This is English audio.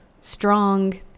strong